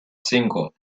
cinco